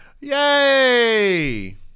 Yay